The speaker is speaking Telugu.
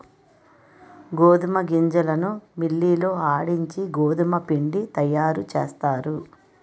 గోధుమ గింజలను మిల్లి లో ఆడించి గోధుమపిండి తయారుచేస్తారు